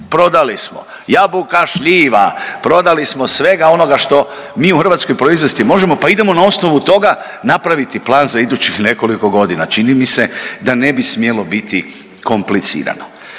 prodali smo jabuka, šljiva, prodali smo svega onoga što mi u Hrvatskoj proizvesti možemo pa idemo na osnovu toga napraviti plan za idućih nekoliko godina. Čini mi se da ne bi smjelo biti komplicirano.